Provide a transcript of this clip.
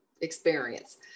experience